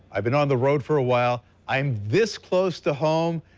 i've been on the roads for a while, i'm this close to home,